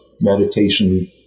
meditation